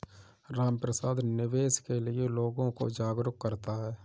रामप्रसाद निवेश के लिए लोगों को जागरूक करता है